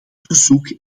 verzoek